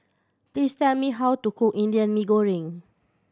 please tell me how to cook Indian Mee Goreng